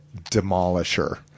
demolisher